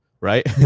right